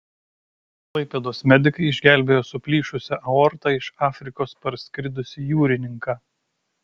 klaipėdos medikai išgelbėjo su plyšusia aorta iš afrikos parskridusį jūrininką